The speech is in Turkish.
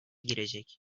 girecek